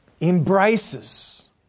embraces